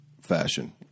fashion